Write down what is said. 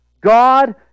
God